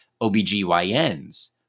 OBGYNs